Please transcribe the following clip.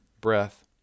breath